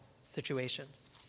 situations